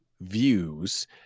views